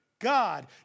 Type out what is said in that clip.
God